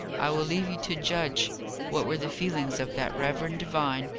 i will leave you to judge what were the feelings of that reverend divine,